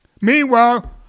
Meanwhile